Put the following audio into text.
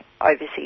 overseas